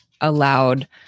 allowed